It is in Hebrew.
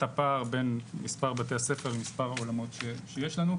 הפער בין מספר בתי הספר למספר האולמות שיש לנו.